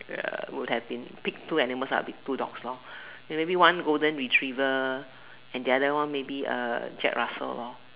would have been pick two animals that will be two dogs lah maybe one golden-retriever and the other one maybe Jack-Russell